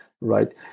right